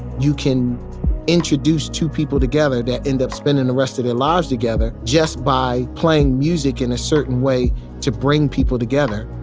you can introduce two people together that end up spending the rest of their lives together just by playing music in a certain way to bring people together.